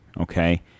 okay